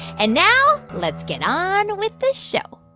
and now let's get on with the show